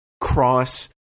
cross